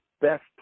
best